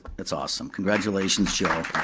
that's awesome, congratulations, jo.